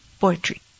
poetry